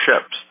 ships